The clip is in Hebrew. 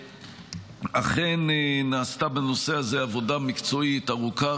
אכן נעשתה בנושא הזה עבודה מקצועית ארוכה,